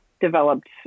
developed